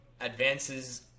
advances